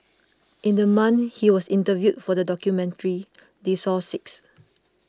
in the month he was interviewed for the documentary they saw six